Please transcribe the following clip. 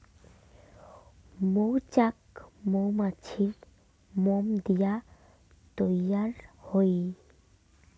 মৌচাক মৌমাছির মোম দিয়া তৈয়ার হই